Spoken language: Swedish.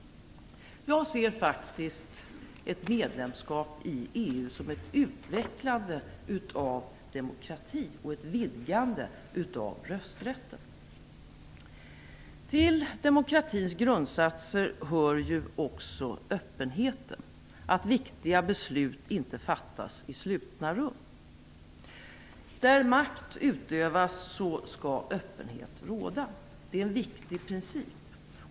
Jag ser faktiskt ett medlemskap i EU som ett utvecklande av demokratin och som ett vidgande av rösträtten. Till demokratins grundsatser hör också öppenheten, att viktiga beslut inte fattas i slutna rum. Där makt utövas skall öppenhet råda. Det är en viktig princip.